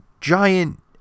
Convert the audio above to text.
giant